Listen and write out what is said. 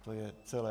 To je celé.